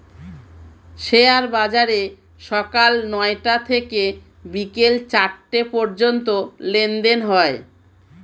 share বাজারে সকাল নয়টা থেকে বিকেল চারটে পর্যন্ত লেনদেন হয়